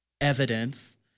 evidence